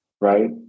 right